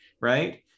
right